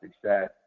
success